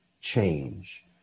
change